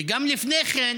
וגם לפני כן,